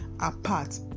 apart